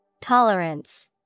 Tolerance